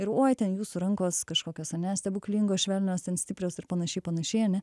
ir uoj ten jūsų rankos kažkokios ane stebuklingos švelnios ten stiprios ir panašiai panašiai ane